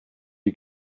you